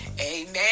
Amen